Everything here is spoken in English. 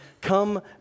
come